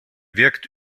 wirkt